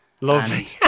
lovely